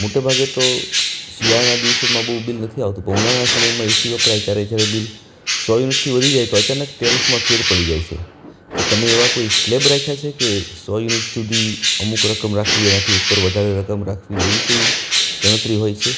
મોટા ભાગે તો શિયાળાના દિવસોમાં બહુ બિલ નથી આવતું પણ ઉનાળાના સમયમાં એસી વપરાય ત્યારે જ્યારે બિલ સો યુનિટથી વધી જાય તો અચાનક ટેરિફમાં ફેર પડી જાય છે તો તમે એવા કોઈ સ્લેબ રાખ્યા છે કે સો યુનિટ સુધી અમુક રકમ રાખવી એનાથી ઉપર વધારે રકમ રાખવી એવી કઈ ગણતરી હોય છે